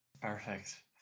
Perfect